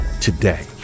Today